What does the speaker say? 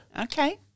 Okay